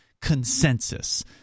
consensus